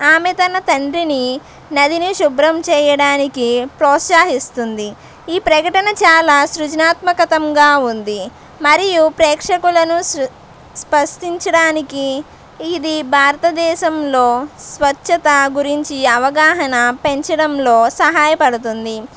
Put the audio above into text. ఆమె తన తండ్రిని నదిని శుభ్రం చేయడానికి ప్రోత్సాహిస్తుంది ఈ ప్రకటన చాలా సృజనాత్మకంగా ఉంది మరియు ప్రేక్షకులను సృ స్పదించడానికి ఇది భారత దేశంలో స్వచ్ఛత గురించి అవగాహన పెంచడంలో సహాయపడుతుంది